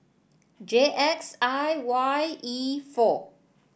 J X I Y E four